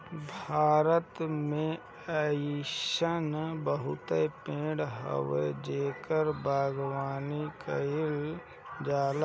भारत में अइसन बहुते पेड़ हवे जेकर बागवानी कईल जाला